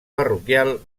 parroquial